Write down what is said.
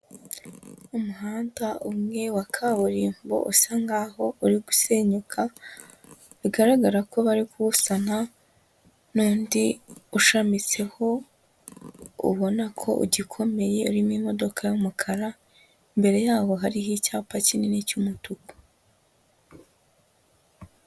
Umuhanda umwe wa kaburimbo usa nkaho uri gusenyuka, bigaragara ko bari kuwusana, n'undi ushamitseho ubona ko ugikomeye, urimo imodoka y'umukara, imbere yabo hariho icyapa kinini cy'umutuku.